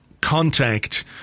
contact